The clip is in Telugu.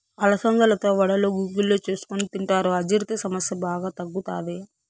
అలసందలతో వడలు, గుగ్గిళ్ళు చేసుకొని తింటారు, అజీర్తి సమస్య బాగా తగ్గుతాది